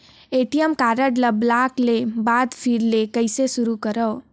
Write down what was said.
ATM card ल block के बाद फिर ले कइसे शुरू करव?